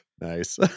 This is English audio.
Nice